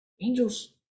Angels